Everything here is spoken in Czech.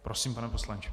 Prosím, pane poslanče.